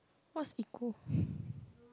what's eco